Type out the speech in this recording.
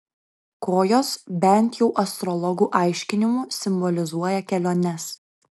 kojos bent jau astrologų aiškinimu simbolizuoja keliones